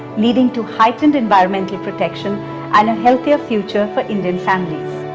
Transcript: leading to heightened environmental protection and a healthier future for indian families.